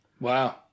Wow